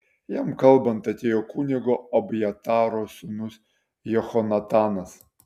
jam kalbant atėjo kunigo abjataro sūnus jehonatanas